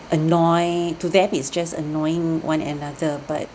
annoy to them it's just annoying one another but